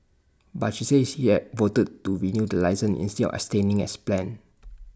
but she said she had voted to renew the licence instead of abstaining as planned